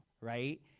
right